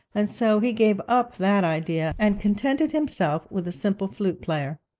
and so he gave up that idea, and contented himself with a simple flute-player.